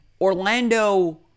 Orlando